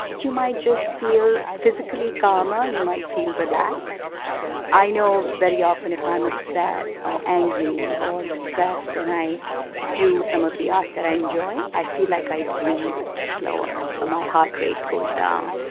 you might just feel physically calmer. you might feel relaxed i know very often if i'm upset or angry or distressed and i do some of the art that i enjoy, i feel like i breathe slower. my heart rate goes down.